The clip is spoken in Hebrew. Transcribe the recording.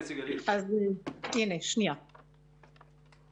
זה עלה, כמו שהוצג פה בדוח המבקר,